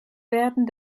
werden